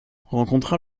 rencontra